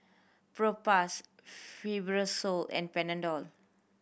Propass Fibrosol and Panadol